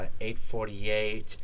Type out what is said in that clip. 848